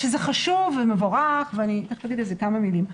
שהם חשובים ומבורך אני אגיד על זה כמה מילים,